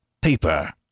Paper